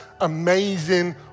amazing